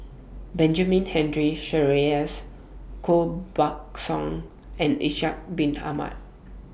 Benjamin Henry Sheares Koh Buck Song and Ishak Bin Ahmad